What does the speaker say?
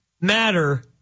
matter